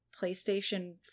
PlayStation